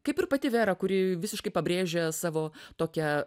kaip ir pati vera kuri visiškai pabrėžia savo tokią